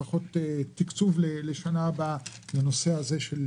תקצוב לשנה הבאה לנושא הזה של